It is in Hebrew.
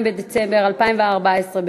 2 בדצמבר 2014,